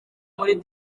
muri